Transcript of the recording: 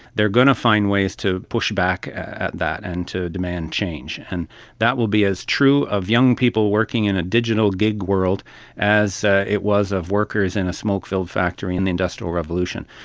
they are going to find ways to push back at that and to demand change, and that will be as true of young people working in a digital gig world as it was of workers in a smoke filled factory in the industrial revolution.